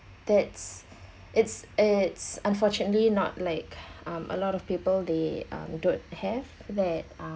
that's it's it's unfortunately not like um a lot of people they um don't have that um